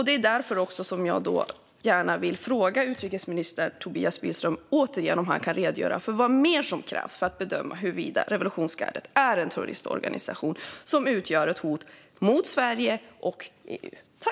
Det är också därför jag gärna vill fråga utrikesminister Tobias Billström om han kan redogöra för vad mer som krävs för att bedöma huruvida revolutionsgardet är en terroristorganisation som utgör ett hot mot Sverige och EU.